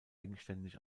endständig